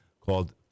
called